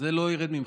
זה לא ירד מכם.